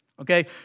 Okay